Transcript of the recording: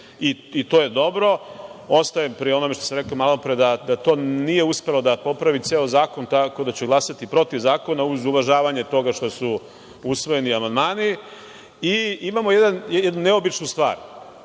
i to je dobro, ostajem pri onome što sam rekao malopre da to nije uspela da popravi ceo zakon, tako da ću glasati protiv zakona uz uvažavanje toga što su usvojeni amandmani. Imamo jednu neobičnu stvar,